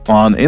on